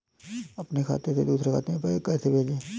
अपने खाते से दूसरे खाते में पैसे कैसे भेज सकते हैं?